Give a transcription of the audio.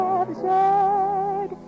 absurd